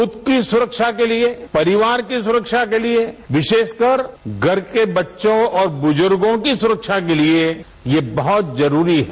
खुद की सुरक्षा के लिये परिवार की सुरक्षा के लिये विशेषकर घर के बच्चों और बुजुर्गो की सुरक्षा के लिये यह बहुत जरूरी है